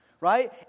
right